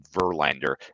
Verlander